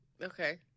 Okay